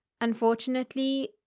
unfortunately